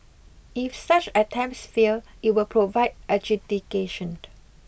if such attempts fail it will provide adjudication